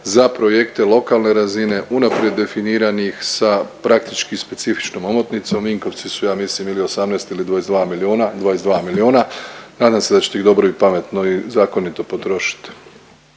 za projekte lokalne razine, unaprijed definiranih sa praktički specifičnom omotnicom, Vinkovci su, ja mislim ili 18 ili 22 milijuna, 22 milijuna. Nadam se da ćete ih dobro i pametno i zakonito potrošiti.